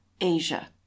asia